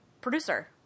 producer